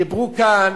דיברו כאן